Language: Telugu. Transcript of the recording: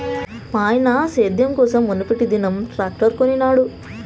మాయన్న సేద్యం కోసం మునుపటిదినం ట్రాక్టర్ కొనినాడు